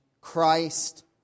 Christ